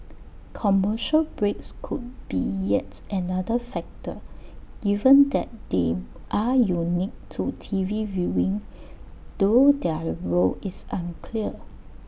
commercial breaks could be yet another factor given that they are unique to T V viewing though their role is unclear